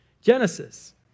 Genesis